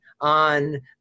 on